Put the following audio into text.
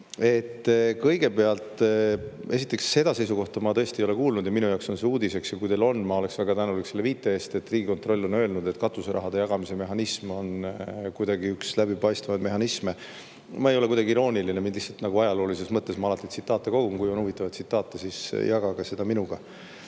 jõuame edasi. Esiteks, seda seisukohta ma tõesti ei ole kuulnud ja minu jaoks on see uudis ja kui teil on, ma oleksin väga tänulik selle viite eest, kus Riigikontroll on öelnud, et katuserahade jagamise mehhanism on kuidagi üks läbipaistvamaid mehhanisme. Ma ei ole kuidagi irooniline, ma lihtsalt ajaloolises mõttes alati tsitaate kogun. Kui on huvitavaid tsitaate, siis jagage neid minuga,